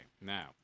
now